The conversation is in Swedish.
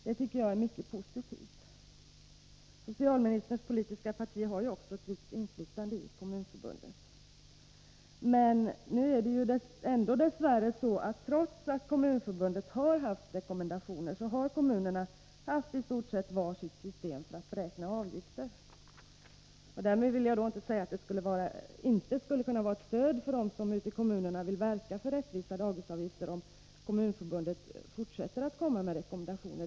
Det tycker jag är mycket positivt. Socialministerns parti har ju också ett visst inflytande där. Dess värre är det så att kommunerna, trots att Kommunförbundet har gett dem rekommendationer, fortfarande i stort sett har var sitt system för att beräkna avgifter. Därmed vill jag inte säga att det inte skulle kunna vara till stöd för dem som ute i kommunerna vill verka för rättvisa dagisavgifter om Kommunförbundet ger ut nya rekommendationer.